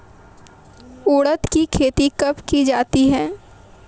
उड़द की खेती कब की जाती है?